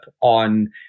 on